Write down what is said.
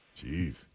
Jeez